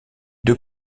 deux